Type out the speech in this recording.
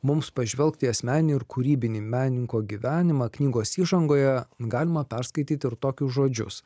mums pažvelgt į asmeninį ir kūrybinį menininko gyvenimą knygos įžangoje galima perskaityti ir tokius žodžius